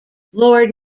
lord